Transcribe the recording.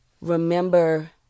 remember